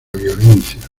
violencia